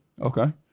Okay